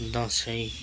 Dashain